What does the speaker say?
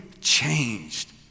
changed